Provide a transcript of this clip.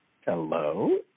Hello